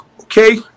okay